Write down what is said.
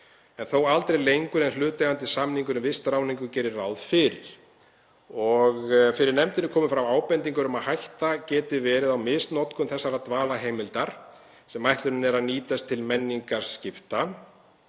en þó aldrei lengur en hlutaðeigandi samningur um vistráðningu gerði ráð fyrir. Fyrir nefndinni komu fram ábendingar um að hætta geti verið á misnotkun þessarar dvalarheimildar sem ætlunin er að nýtist til menningarskipta.